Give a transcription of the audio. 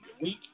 week